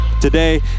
Today